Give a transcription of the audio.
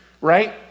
right